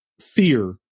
fear